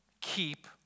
keep